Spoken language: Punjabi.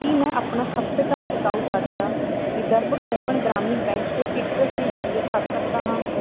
ਕੀ ਮੈਂ ਆਪਣਾ ਖਪਤਕਾਰ ਟਿਕਾਊ ਕਰਜ਼ਾ ਵਿਦਰਭ ਕੋਂਕਣ ਗ੍ਰਾਮੀਣ ਬੈਂਕ ਤੇ ਸੀਟਰਸ ਦੇ ਜਰੀਏ ਭਰ ਸਕਦਾ ਹਾਂ